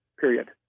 period